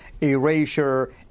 erasure